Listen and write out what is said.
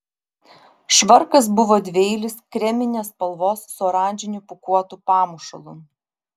švarkas buvo dvieilis kreminės spalvos su oranžiniu pūkuotu pamušalu